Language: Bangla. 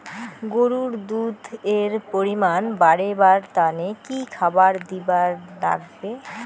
গরুর দুধ এর পরিমাণ বারেবার তানে কি খাবার দিবার লাগবে?